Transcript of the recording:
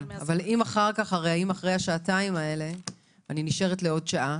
אבל אם אחרי השעתיים האלה אני נשארת לעוד שעה,